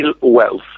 wealth